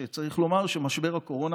שצריך לומר שמשבר הקורונה,